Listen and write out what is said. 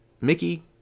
Mickey